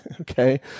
Okay